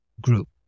group